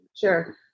Sure